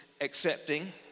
accepting